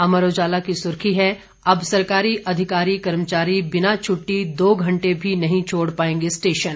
अमर उजाला की सुर्खी है अब सरकारी अधिकारी कर्मचारी बिना छुट्टी दो घंटे भी नहीं छोड़ पाएंगे स्टेशन